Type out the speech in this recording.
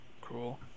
Cool